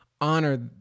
honor